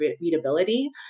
readability